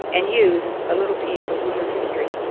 and use a little piece of lunar history.